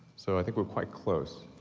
so, i think we're quite close.